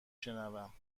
شنوم